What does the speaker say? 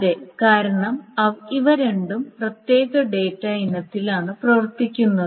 അതെ കാരണം ഇവ രണ്ടും പ്രത്യേക ഡാറ്റ ഇനത്തിലാണ് പ്രവർത്തിക്കുന്നത്